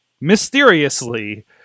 mysteriously